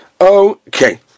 okay